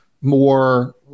more